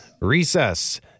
recess